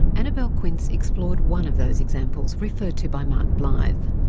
annabelle quince explored one of those examples referred to by mark blyth,